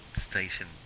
station